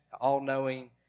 all-knowing